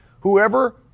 Whoever